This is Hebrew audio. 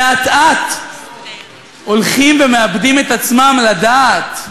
שאט-אט הולכים ומאבדים את עצמם לדעת,